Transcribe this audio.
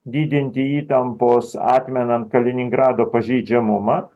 didinti įtampos atmenan kaliningrado pažeidžiamumą